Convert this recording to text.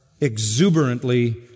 exuberantly